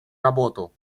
работу